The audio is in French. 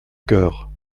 coeur